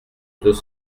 deux